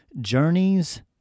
Journeys